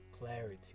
clarity